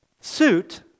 suit